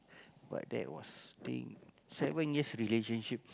but that was think seven years relationship